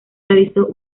realizó